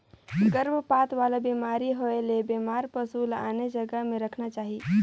गरभपात वाला बेमारी होयले बेमार पसु ल आने जघा में रखना चाही